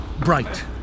bright